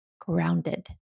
grounded